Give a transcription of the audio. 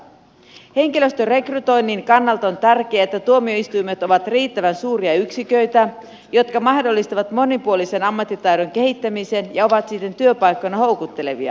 henkilöstön rekrytoinnin kannalta on tärkeää että tuomioistuimet ovat riittävän suuria yksiköitä jotka mahdollistavat monipuolisen ammattitaidon kehittämisen ja ovat siten työpaikkoina houkuttelevia